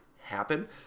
happen